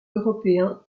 européens